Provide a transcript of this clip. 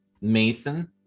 mason